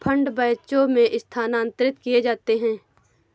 fund बैचों में स्थानांतरित किए जाते हैं